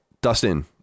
Dustin